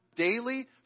Daily